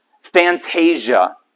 fantasia